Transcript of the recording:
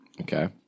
Okay